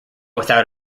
without